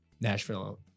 Nashville